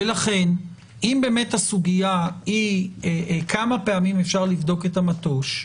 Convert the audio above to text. ולכן אם באמת הסוגיה היא כמה פעמים אפשר לבדוק את המטוש,